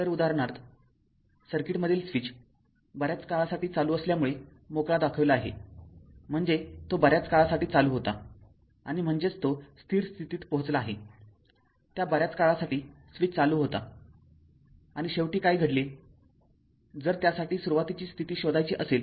तर उदाहरणार्थसर्किटमधील स्विच बऱ्याच काळासाठी चालू असल्यामुळे मोकळा दाखविला आहे म्हणजेच तो बऱ्याच काळासाठी चालू होता आणि म्हणजेचतो स्थिर स्थितीत पोहचला आहे त्या बऱ्याच काळासाठी स्विच चालू होता आणि शेवटी काय घडले जर त्यासाठी सुरुवातीची स्थिती शोधायची असेल